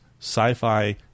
sci-fi